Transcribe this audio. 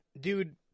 dude